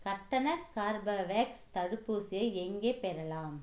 கட்டண கார்பவேக்ஸ் தடுப்பூசியை எங்கே பெறலாம்